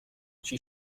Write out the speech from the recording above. she